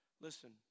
Listen